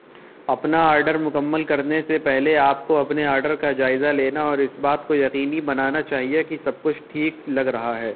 اپنا آرڈر مکمل کرنے سے پہلے آپ کو اپنے آرڈر کا جائزہ لینا اور اس بات کو یقینی بنانا چاہیے کہ سب کچھ ٹھیک لگ رہا ہے